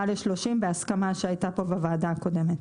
ל-30 בהסכמה שהייתה פה בוועדה הקודמת.